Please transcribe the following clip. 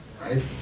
Right